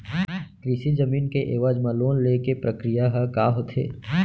कृषि जमीन के एवज म लोन ले के प्रक्रिया ह का होथे?